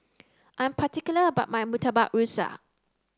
I'm particular about my Murtabak Rusa